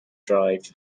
drive